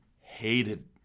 hated